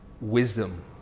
wisdom